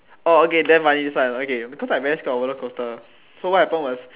oh okay damn funny this one because I very scared of roller coaster so what happen was